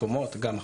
גם עכשיו.